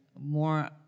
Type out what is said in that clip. more